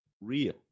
real